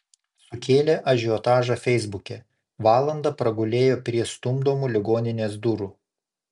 sukėlė ažiotažą feisbuke valandą pragulėjo prie stumdomų ligoninės durų